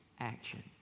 action